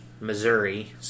Missouri